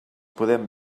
podem